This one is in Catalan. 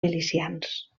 milicians